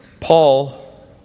Paul